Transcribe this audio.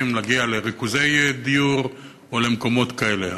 להגיע לריכוזי דיור או למקומות כאלה.